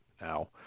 Now